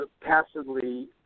passively